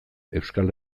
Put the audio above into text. euskal